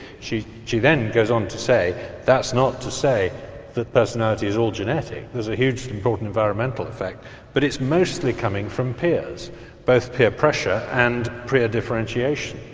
she she then goes on to say that's not to say that personality is all genetic, there's a hugely important environmental effect but it's mostly coming from peers both peer pressure and peer differentiation.